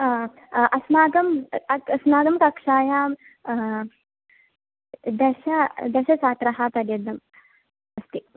अस्माकम् अस्माकं कक्षायां दश दशछात्रपर्यन्तम् अस्ति